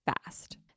fast